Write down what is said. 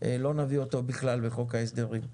לא נביא אותו בכלל בחוק ההסדרים.